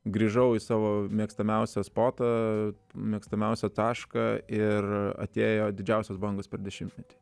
grįžau į savo mėgstamiausią spotą mėgstamiausią tašką ir atėjo didžiausios bangos per dešimtmetį